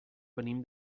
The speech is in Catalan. venim